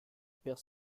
perd